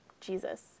jesus